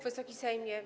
Wysoki Sejmie!